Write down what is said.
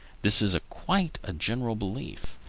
this is quite a general belief.